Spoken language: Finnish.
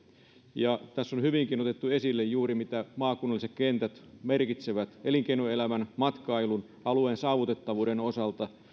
ja tässä on hyvinkin otettu esille juuri se mitä maakunnalliset kentät merkitsevät elinkeinoelämän matkailun alueen saavutettavuuden osalta